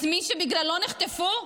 את מי שבגללו נחטפו?